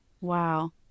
Wow